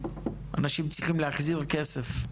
אנשים צריכים להחזיר כסף,